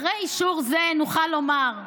אחרי אישור זה נוכל לומר: